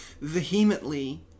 vehemently